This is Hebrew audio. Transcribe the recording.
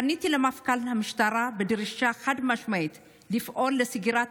פניתי למפכ"ל המשטרה בדרישה חד-משמעית לפעול לסגירת